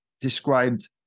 described